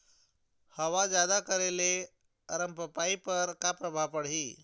हवा जादा करे ले अरमपपई पर का परभाव पड़िही?